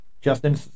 Justin